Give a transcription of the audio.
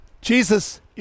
Jesus